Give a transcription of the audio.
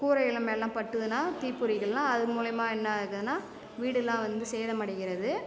கூரை எல்லாம் மேலலாம் பட்டுதுன்னா தீப்பொறிகள்லாம் அது மூலியமாக என்ன ஆகுதுன்னா வீடெல்லாம் வந்து சேதம் அடைகிறது